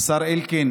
השר אלקין